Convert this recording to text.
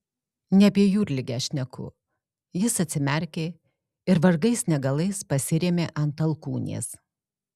ne apie jūrligę šneku jis atsimerkė ir vargais negalais pasirėmė ant alkūnės